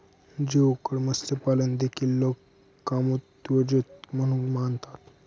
geoduck मत्स्यपालन देखील लोक कामोत्तेजक म्हणून मानतात